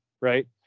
Right